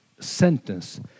sentence